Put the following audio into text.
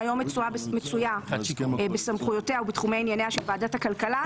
שהיום מצויה בסמכויותיה ובתחומי ענייניה של ועדת הכלכלה,